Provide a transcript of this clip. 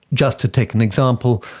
just to take an example,